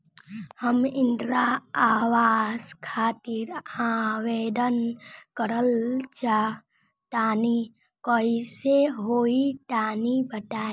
हम इंद्रा आवास खातिर आवेदन करल चाह तनि कइसे होई तनि बताई?